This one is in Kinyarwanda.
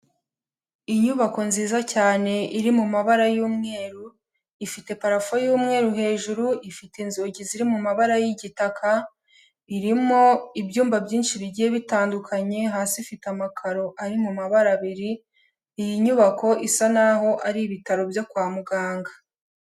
Inyubako nziza cyane iri mu mabara y'umweru, ifite parafo y'umweru, hejuru ifite inzugi ziri mu mabara y'igitaka, irimo ibyumba byinshi bigiye bitandukanye, hasi ifite amakaro ari mu mabara abiri, iyi nyubako isa naho ari ibitaro byo kwa muganga.